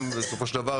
בסופו של דבר,